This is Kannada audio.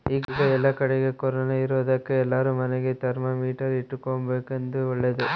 ಈಗ ಏಲ್ಲಕಡಿಗೆ ಕೊರೊನ ಇರೊದಕ ಎಲ್ಲಾರ ಮನೆಗ ಥರ್ಮಾಮೀಟರ್ ಇಟ್ಟುಕೊಂಬದು ಓಳ್ಳದು